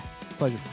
pleasure